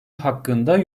hakkında